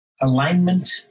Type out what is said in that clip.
alignment